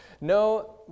No